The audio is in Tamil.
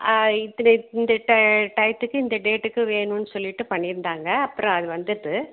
ஆ இத்தினை இந்த டய டயத்துக்கு இந்த டேட்டுக்கு வேணும்னு சொல்லிவிட்டு பண்ணியிருந்தாங்க அப்புறம் அது வந்துட்டு